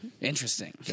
Interesting